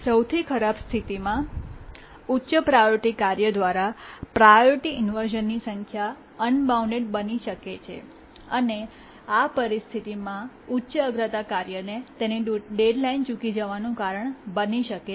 સૌથી ખરાબ સ્થિતિમાં ઉચ્ચ પ્રાયોરિટી કાર્ય દ્વારા પ્રાયોરિટી ઇન્વર્શ઼નની સંખ્યા અનબાઉન્ડ બની શકે છે અને આ પરિસ્થિતિ ઉચ્ચ અગ્રતા કાર્યને તેની ડેડલાઇન ચૂકી જવાનું કારણ બની શકે છે